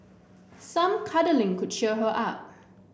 some cuddling could cheer her up